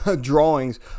drawings